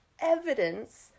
evidence